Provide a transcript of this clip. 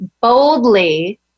boldly